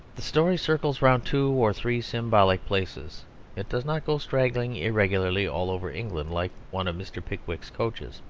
the story circles round two or three symbolic places it does not go straggling irregularly all over england like one of mr. pickwick's coaches.